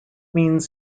means